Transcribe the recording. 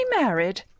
married